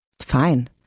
fine